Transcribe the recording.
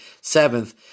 Seventh